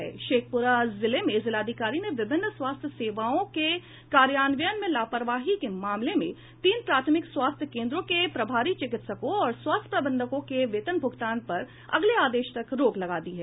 शेखप्रा जिले में जिलाधिकारी ने विभिन्न स्वास्थ्य सेवाओं के कार्यान्वयन में लापरवाही के मामले में तीन प्राथमिक स्वास्थ्य केन्द्रों के प्रभारी चिकित्सकों और स्वास्थ्य प्रबंधकों के वेतन भूगतान पर अगले आदेश तक रोक लगा दी है